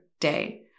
day